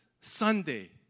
Sunday